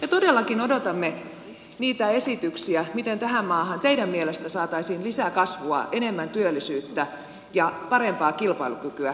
me todellakin odotamme niitä esityksiä miten tähän maahan teidän mielestänne saataisiin lisäkasvua enemmän työllisyyttä ja parempaa kilpailukykyä